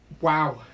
Wow